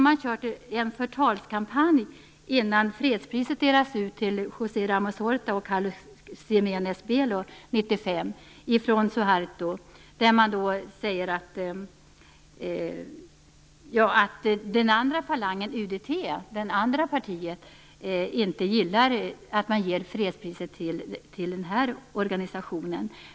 Det fördes en förtalskampanj från Suharto innan fredspriset delades ut till José Ramos Horta och Carlos Felipe de Ximenes Belo 1995, i vilken man sade att det andra partiet, UDP, inte gillar att man ger fredspriset till den här organisationen.